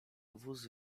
wóz